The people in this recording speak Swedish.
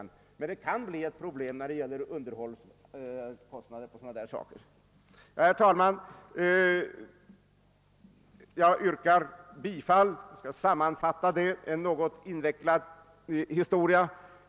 Det kan emellertid uppstå ett problem i samband med underhållsoch andra kostnader i detta fall. Herr talman! Jag skall sammanfatta mina yrkanden, eftersom de är något invecklade.